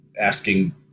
asking